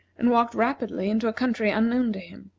and walked rapidly into a country unknown to him.